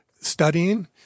studying